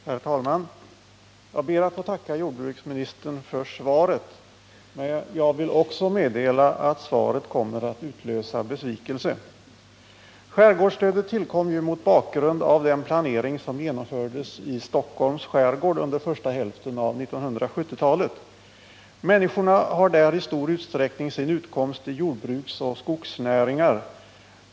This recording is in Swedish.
Herr talman! Jag ber att få tacka jordbruksministern för svaret. Men jag vill också meddela att svaret kommer att utlösa besvikelse. Skärgårdsstödet tillkom mot bakgrund av den planering som genomfördes i Stockholms skärgård under första hälften av 1970-talet. Människorna har där i stor utsträckning sin utkomst i jordoch skogsnäringar.